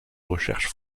recherche